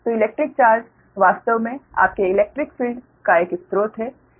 तो electric charge वास्तव में आपके इलेक्ट्रिक फील्ड का एक स्रोत है